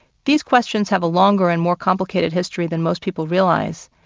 these questions have a longer and more complicated history than most people realize.